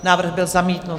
Návrh byl zamítnut.